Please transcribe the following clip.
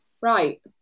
right